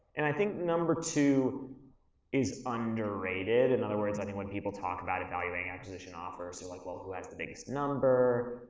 and i think number two is underrated. in other words, i think when people talk about evaluating acquisition offers, they're like well, who has the biggest number.